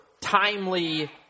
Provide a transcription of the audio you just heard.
timely